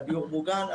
על דיור מוגן.